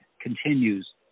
continues